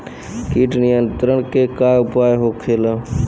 कीट नियंत्रण के का उपाय होखेला?